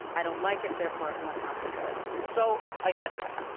i don't like it. therefore, it must not be good so, i get that.